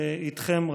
איתכם,